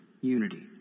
unity